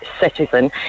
citizen